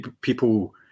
people